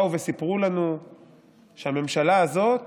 באו וסיפרו לנו שהממשלה הזאת